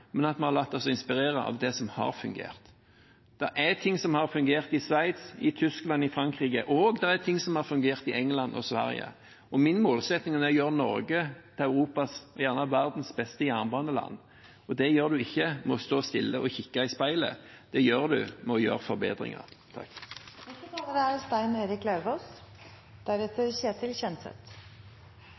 men vi har latt oss inspirere av det som har fungert. Det er ting som har fungert i Sveits, i Tyskland og i Frankrike, og det er ting som har fungert i England og i Sverige. Min målsetting er å gjøre Norge til Europas – og gjerne verdens – beste jernbaneland. Det gjør man ikke ved å stå stille og kikke i speilet, det gjør man ved å gjøre forbedringer.